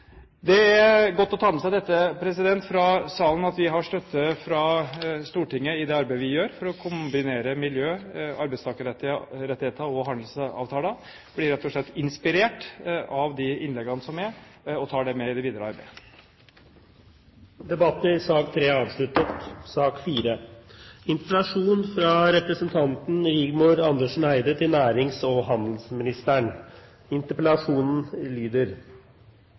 Det er godt å ta med seg fra salen at vi har støtte fra Stortinget i det arbeidet vi gjør for å kombinere miljø, arbeidstakerrettigheter og handelsavtaler. Jeg blir rett og slett inspirert av de innleggene som er, og tar dette med i det videre arbeidet. Debatten i sak nr. 3 er avsluttet. Jeg vil starte innlegget mitt med å sitere Ronny Wilhelmsen, sametingsrepresentant fra